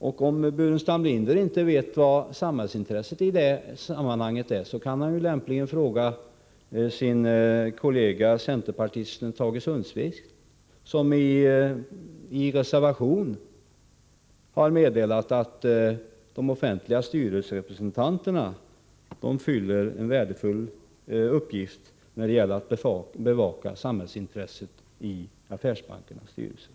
Om Staffan Burenstam Linder inte vet vad samhällsintresse i detta sammanhang innebär, kan han lämpligen fråga sin kollega, centerpartisten Tage Sundkvist, somien reservation har förklarat att de offentliga styrelserepresentanterna fyller en värdefull funktion när det gäller att bevaka samhällsintresset i affärsbankernas styrelser.